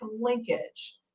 linkage